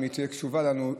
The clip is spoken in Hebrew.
אם היא תהיה קשובה לנו,